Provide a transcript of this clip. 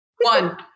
one